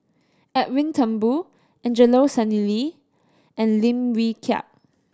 Edwin Thumboo Angelo Sanelli and Lim Wee Kiak